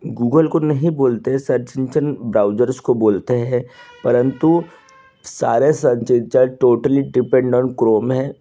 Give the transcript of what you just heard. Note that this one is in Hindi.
गूगल को नहीं बोलते हैं सर्च इंजन ब्राउजर्स को बोलते हैं परन्तु सारे search engine totally depend on Chrome है